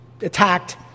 attacked